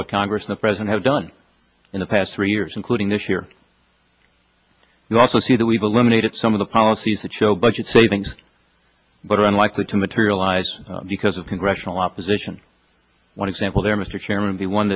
with congress the president have done in the past three years including this year you also see that we've eliminated some of the policies that show budget savings but are unlikely to materialize because of congressional opposition one example there mr chairman the one